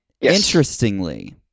interestingly